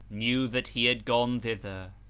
knew that he had gone thither.